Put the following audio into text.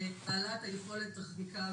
כבעלת יכולת חקיקה בלעדית.